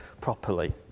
properly